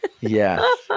Yes